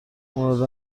اون